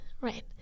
right